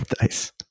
Nice